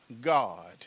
God